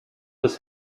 his